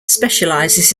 specialises